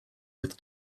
with